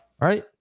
Right